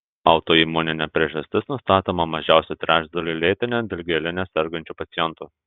autoimuninė priežastis nustatoma mažiausiai trečdaliui lėtine dilgėline sergančių pacientų